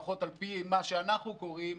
לפחות על פי מה שאנחנו קוראים,